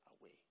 away